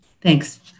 Thanks